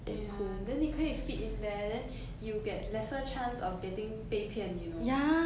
ya then 你可以 fit in there then you get lesser chance of getting 被骗 you know